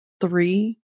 three